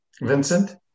Vincent